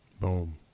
Boom